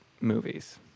movies